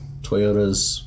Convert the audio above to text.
Toyotas